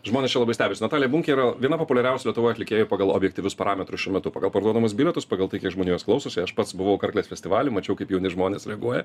žmonės čia labai stebisi natalija bunkė yra viena populiariausių lietuvoj atlikėjų pagal objektyvius parametrus šiuo metu pagal parduodamus bilietus pagal tai kiek žmonių jos klausosi aš pats buvau karklės festivaly mačiau kaip jauni žmonės reaguoja